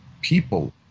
people